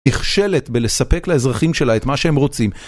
נכשלת בלספק לאזרחים שלה את מה שהם רוצים.